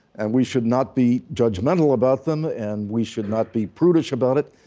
and we should not be judgmental about them and we should not be prudish about it,